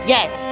Yes